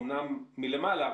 אמנם מלמעלה,